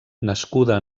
nascuda